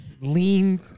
lean